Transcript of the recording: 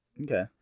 Okay